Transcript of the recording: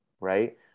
right